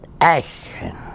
action